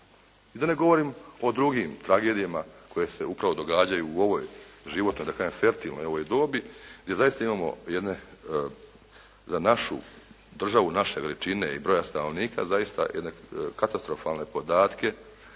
i da ne govorim o drugim tragedijama koje se upravo događaju u ovoj životnoj, da kažem fertilnoj ovoj dobi, gdje zaista imamo jedne za našu državu, naše veličine i broja stanovnika zaista jedne katastrofalne podatke